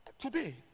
Today